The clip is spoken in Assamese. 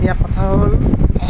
এতিয়া কথা হ'ল